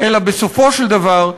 אלא בסופו של דבר,